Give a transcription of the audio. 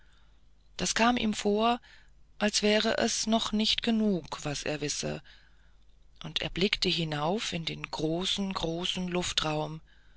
das kam ihm vor als wäre es noch nicht genug was er wisse und er blickte hinauf in den großen großen luftraum